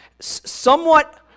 somewhat